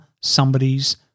somebody's